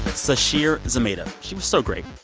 sasheer zamata, she was so great.